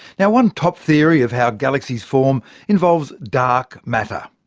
yeah one top theory of how galaxies form involves dark matter.